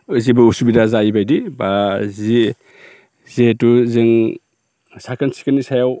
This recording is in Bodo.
जेबो असुबिदा जायि बायदि एबा जि जिहेतु जों साखोन सिखोननि सायाव